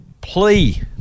plea